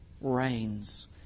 reigns